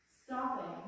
stopping